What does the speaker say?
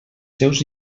seus